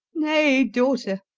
nay, daughter,